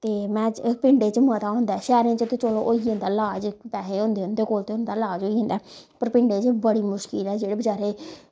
ते में एह् पिंडे च मता होंदा ऐ शैह्रैं च ते चलो होई जंदा लाज़ पैसे हुदें उं'दे कोल ते लाज़ होई जंदा ऐ पर पिंडें च बड़ी मुशकली नै जेह्ड़े बचैरे